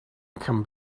can